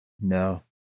No